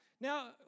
Now